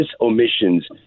omissions